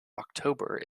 october